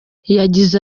yagize